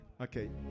Okay